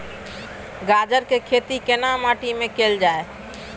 गाजर के खेती केना माटी में कैल जाए?